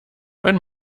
when